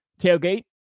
tailgate